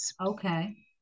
Okay